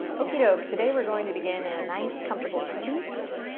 okie doke, today we're going to begin in a nice comfortable seat,